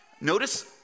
Notice